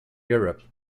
europe